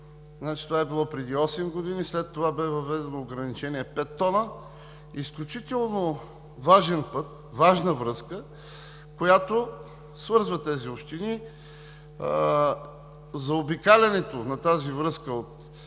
това е било преди осем години. След това бе въведено ограничение 5 тона. Изключително важен път, важна връзка, която свързва тези общини. Заобикалянето на тази връзка от